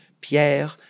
Pierre